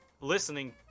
listening